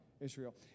Israel